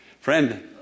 Friend